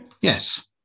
Yes